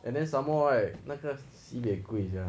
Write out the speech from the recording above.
and then some more like 那个 sibeh 贵 ya